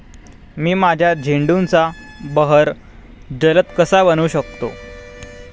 मी माझ्या झेंडूचा बहर जलद कसा बनवू शकतो?